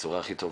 בצורה הכי טובה.